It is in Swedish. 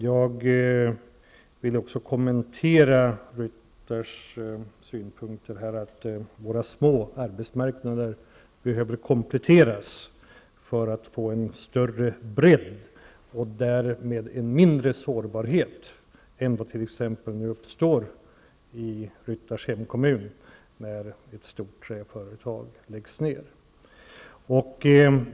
Jag vill också kommentera Bengt-Ola Ryttars synpunkter att våra små arbetsmarknader behöver kompletteras. Det är nödvändigt för att få en större bredd och därmed en mindre sårbarhet, så att det inte blir som i t.ex. Bengt Ola Ryttars hemkommun när ett stort träföretag läggs ner.